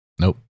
Nope